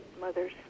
mothers